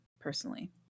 personally